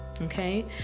Okay